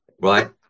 Right